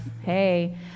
Hey